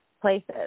places